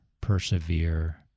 persevere